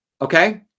okay